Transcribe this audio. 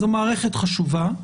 זו מערכת חשובה,